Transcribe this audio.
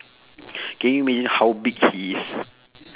can you imagine how big he is